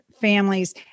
families